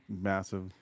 Massive